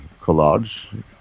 collage